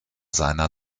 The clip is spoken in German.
seiner